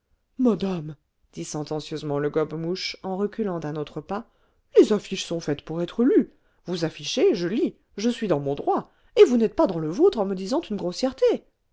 madame dit sentencieusement le gobe mouche en reculant d'un autre pas les affiches sont faites pour être lues vous affichez je lis je suis dans mon droit et vous n'êtes pas dans le vôtre en me disant une grossièreté